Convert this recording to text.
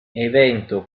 evento